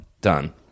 Done